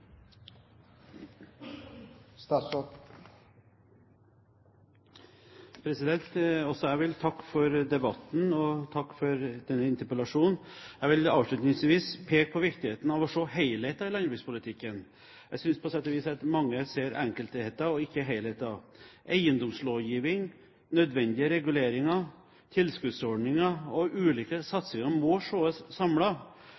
interpellasjonen. Jeg vil avslutningsvis peke på viktigheten av å se helheten i landbrukspolitikken. Jeg synes på sett og vis at mange ser enkeltheter og ikke helhet. Eiendomslovgivning, nødvendige reguleringer, tilskuddsordninger og ulike